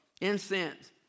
Incense